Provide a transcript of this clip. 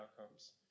outcomes